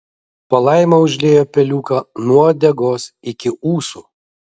palaima užliejo peliuką nuo uodegos iki ūsų